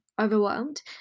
overwhelmed